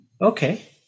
Okay